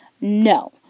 No